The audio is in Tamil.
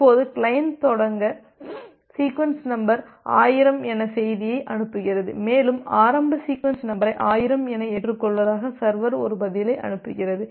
இப்போது கிளையன்ட் தொடக்க சீக்வென்ஸ் நம்பரை 1000 என செய்தியை அனுப்புகிறது மேலும் ஆரம்ப சீக்வென்ஸ் நம்பரை 1000 என ஏற்றுக்கொள்வதாக சர்வர் ஒரு பதிலை அனுப்புகிறது